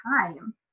time